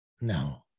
No